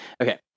okay